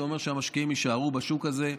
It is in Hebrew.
וזה אומר שהמשקיעים יישארו בשוק הזה,